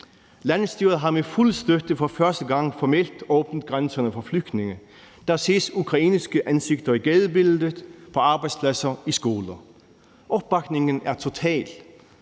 Landsstyret har med fuld støtte for første gang formelt åbnet grænserne for flygtninge, der ses ukrainske ansigter i gadebilledet, på arbejdspladser og i skoler. Opbakningen er total,